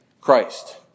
Christ